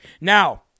Now